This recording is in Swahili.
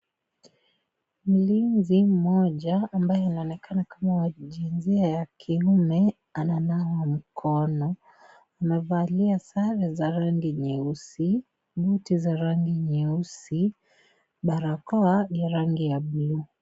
Mlinzi mmoja ambaye anaonekana kama wa jinsia wa kiume ananawa mkono, amevalia sare za rangi nyeusi , booti za rangi nyeusi barakoa ya rangi ya buluu.